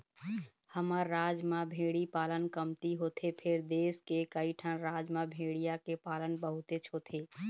हमर राज म भेड़ी पालन कमती होथे फेर देश के कइठन राज म भेड़िया के पालन बहुतेच होथे